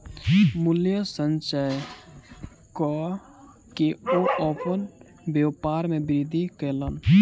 मूल्य संचय कअ के ओ अपन व्यापार में वृद्धि कयलैन